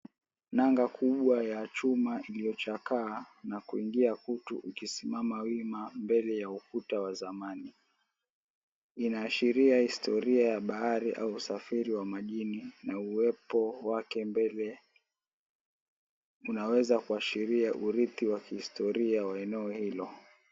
Nanga kubwa ya chuma iliyochakaa na kuingia kutu ikisimama wima mbele ya ukuta wa zamani. Inaashiria histori ya bahari au usafiri wa majini na uwepo wake mbele kunaweza kuashiria urithi wa historia wa eneo hilo.